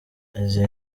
izo